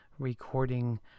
Recording